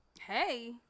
Hey